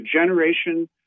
generation